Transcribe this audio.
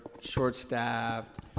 short-staffed